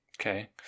Okay